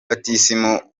batisimu